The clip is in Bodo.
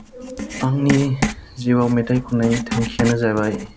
आंनि जिउआव मेथाइ खननायनि थांखियानो जाबाय